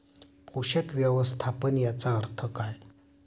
पोषक व्यवस्थापन याचा अर्थ काय?